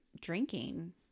drinking